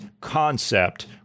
concept